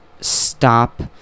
stop